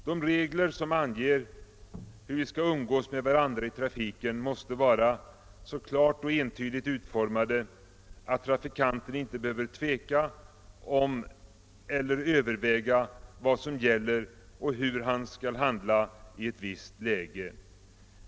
De regler som anger hur vi skall umgås med varandra i trafiken måste vara så klart och entydigt utformade, att trafikanten inte behöver tveka om eller överväga hur han skall handla i ett visst läge.